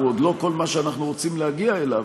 הוא עוד לא כל מה שאנחנו רוצים להגיע אליו,